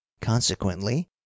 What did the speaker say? consequently